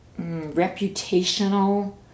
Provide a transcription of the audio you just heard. reputational